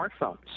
smartphones